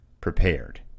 prepared